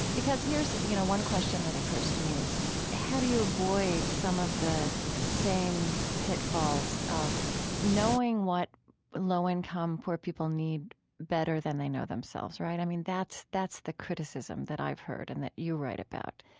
because here's you know one question that occurs to me how do you avoid some of the same pitfalls of knowing what low-income, poor people need better than they know themselves, right? i mean, that's that's the criticism that i've heard and that you write about.